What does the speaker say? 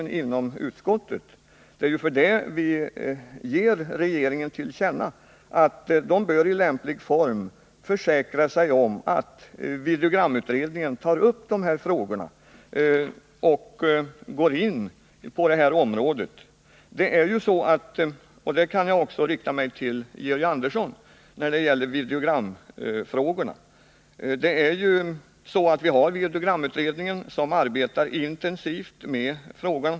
Det är därför vi föreslår att riksdagen skall ge regeringen till känna att regeringen i lämplig form bör försäkra sig om att videogramutredningen tar upp dessa frågor och går in på det här området. Det är ju så — och där vill jag rikta mig också till Georg Andersson — att videogramutredningen arbetar intensivt med frågorna.